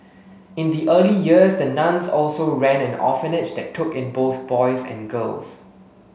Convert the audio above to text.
in the early years the nuns also ran an orphanage that took in both boys and girls